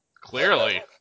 Clearly